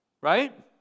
right